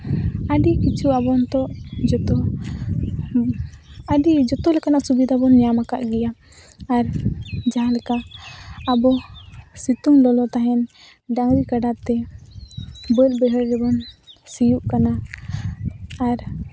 ᱟᱹᱰᱤ ᱠᱤᱪᱷᱩ ᱟᱵᱚ ᱱᱤᱛᱳᱜ ᱡᱚᱛᱚᱛ ᱜᱮ ᱟᱹᱰᱤ ᱜᱮ ᱡᱚᱛᱚ ᱞᱮᱠᱟᱱᱟᱜ ᱥᱩᱵᱤᱫᱟ ᱵᱚᱱ ᱧᱟᱢᱟᱠᱟᱜ ᱜᱮᱭᱟ ᱟᱨ ᱡᱟᱦᱟᱸᱞᱮᱠᱟ ᱟᱵᱚ ᱥᱤᱛᱩᱝ ᱞᱚᱞᱚ ᱛᱟᱦᱮᱱ ᱰᱟᱹᱝᱨᱤ ᱠᱟᱰᱟ ᱛᱮ ᱵᱟᱹᱫ ᱵᱟᱹᱭᱦᱟᱹᱲ ᱨᱮᱵᱚᱱ ᱥᱤᱭᱳᱜ ᱠᱟᱱᱟ ᱟᱨ